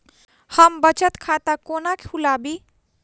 हम बचत खाता कोना खोलाबी?